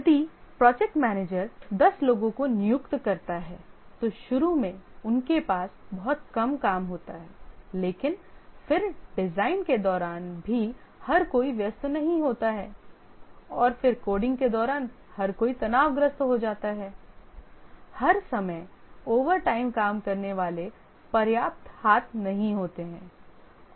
यदि project manager दस लोगों को नियुक्त करता है तो शुरू में उनके पास बहुत कम काम होता है लेकिन फिर डिजाइन के दौरान भी हर कोई व्यस्त नहीं होता है और फिर कोडिंग के दौरान हर कोई तनावग्रस्त हो जाता है हर समय ओवरटाइम काम करने वाले पर्याप्त हाथ नहीं होते हैं